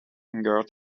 longer